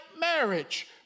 marriage